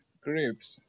grapes